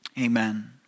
Amen